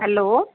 hello